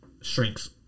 shrinks